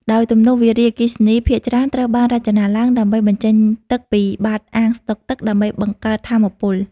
ដោយទំនប់វារីអគ្គិសនីភាគច្រើនត្រូវបានរចនាឡើងដើម្បីបញ្ចេញទឹកពី បាតអាងស្តុកទឹក ដើម្បីបង្កើតថាមពល។